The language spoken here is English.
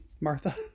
Martha